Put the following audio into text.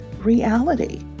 reality